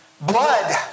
blood